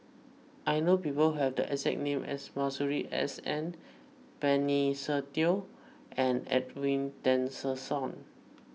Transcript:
I know people who have the exact name as Masuri S N Benny Se Teo and Edwin Tessensohn